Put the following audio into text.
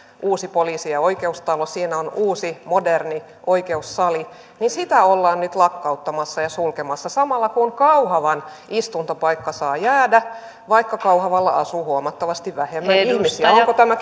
uusi poliisi ja oikeustalo siinä on uusi moderni oikeussali niin sitä ollaan nyt lakkauttamassa ja sulkemassa samalla kun kauhavan istuntopaikka saa jäädä vaikka kauhavalla asuu huomattavasti vähemmän ihmisiä onko tämä